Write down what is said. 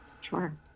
Sure